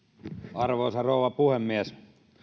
arvoisa rouva puhemies